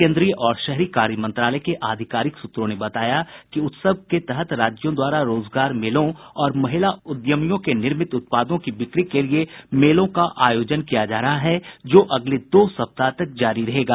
केंद्रीय और शहरी कार्य मंत्रालय के आधिकारिक सुत्रों ने बताया कि उत्सव के तहत राज्यों द्वारा रोजगार मेलों और महिला उद्यमियों के निर्मित उत्पादों की बिक्री के लिए मेलों का आयोजन किया जा रहा है जो अगले दो सप्ताह तक जारी रहेगा